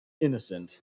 innocent